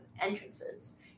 entrances